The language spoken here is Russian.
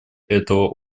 этого